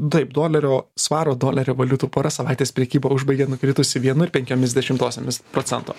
taip dolerio svaro dolerio valiutų pora savaitės prekybą užbaigė nukritusi vienu ir penkiomis dešimtosiomis procento